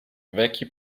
vecchi